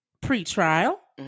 pre-trial